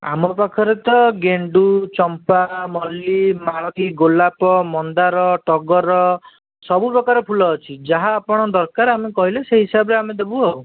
ଆମ ପାଖରେ ତ ଗେଣ୍ଡୁ ଚମ୍ପା ମଲ୍ଲି ମାଳତୀ ଗୋଲାପ ମନ୍ଦାର ଟଗର ସବୁ ପ୍ରକାର ଫୁଲ ଅଛି ଯାହା ଆପଣଙ୍କ ଦରକାର ଆମେ କହିଲେ ସେହି ହିସାବରେ ଆମେ ଦେବୁ ଆଉ